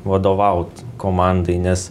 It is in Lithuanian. vadovaut komandai nes